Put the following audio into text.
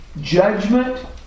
judgment